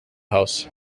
house